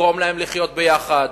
לגרום להם לחיות יחד,